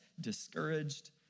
discouraged